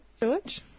George